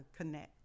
Connect